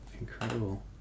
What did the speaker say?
Incredible